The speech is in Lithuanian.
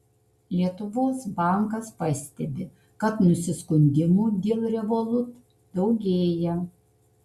lietuvos bankas pastebi kad nusiskundimų dėl revolut daugėja